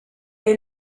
est